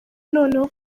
noneho